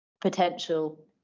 potential